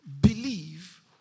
believe